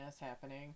happening